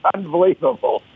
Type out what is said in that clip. Unbelievable